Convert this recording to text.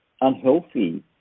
unhealthy